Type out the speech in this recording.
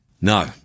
No